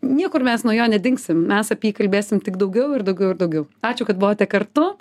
niekur mes nuo jo nedingsim mes apie jį kalbėsim tik daugiau ir daugiau ir daugiau ačiū kad buvote kartu